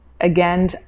again